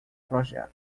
projeto